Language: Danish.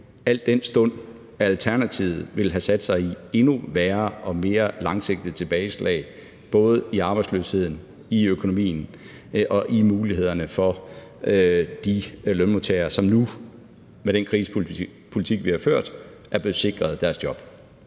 al den stund at alternativet ville have sat sig som endnu værre og mere langsigtede tilbageslag i forhold til arbejdsløsheden, økonomien og mulighederne for de lønmodtagere, som nu med den krisepolitik, vi har ført, er blevet sikret deres job.